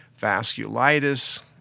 vasculitis